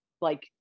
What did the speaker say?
like-